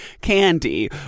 candy